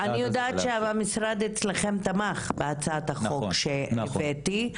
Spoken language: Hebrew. אני יודעת שהמשרד אצלכם תמך בהצעת החוק שהבאתי.